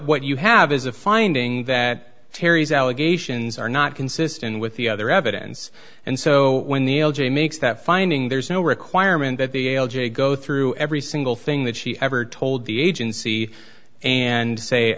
what you have is a finding that terry's allegations are not consistent with the other evidence and so when the l g makes that finding there's no requirement that they go through every single thing that she ever told the agency and say